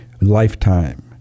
lifetime